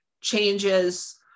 changes